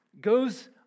goes